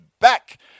back